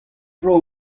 bloaz